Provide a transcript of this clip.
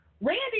Randy